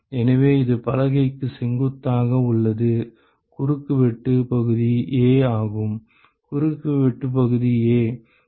எனவே இது பலகைக்கு செங்குத்தாக உள்ளது குறுக்கு வெட்டு பகுதி A ஆகும் குறுக்கு வெட்டு பகுதி A